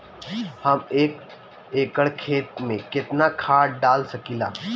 हम एक एकड़ खेत में केतना खाद डाल सकिला?